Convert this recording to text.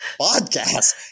podcast